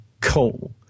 coal